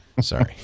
Sorry